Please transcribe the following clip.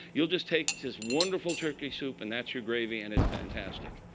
you'll just take this wonderful turkey soup. and that's your gravy. and it's fantastic.